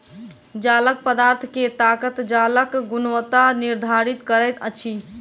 जालक पदार्थ के ताकत जालक गुणवत्ता निर्धारित करैत अछि